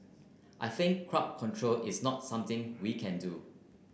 I think crowd control is not something we can do